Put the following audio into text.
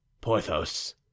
Porthos